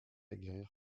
guérir